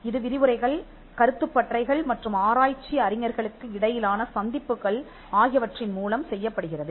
இது விரிவுரைகள் கருத்துப் பட்டறைகள் மற்றும் ஆராய்ச்சி அறிஞர்களுக்கு இடையிலான சந்திப்புகள் ஆகியவற்றின் மூலம் செய்யப்படுகிறது